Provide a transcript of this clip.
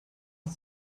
für